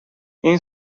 این